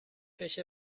بشه